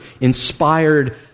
inspired